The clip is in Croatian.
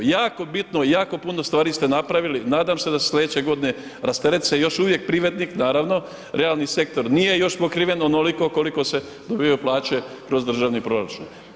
Jako bitno, jako puno stvari ste napravili, nadam se da sljedeće godine rasteretit će još uvijek privatnik, naravno, realni sektor nije još pokriven onoliko koliko se dobivaju plaće kroz državni proračun.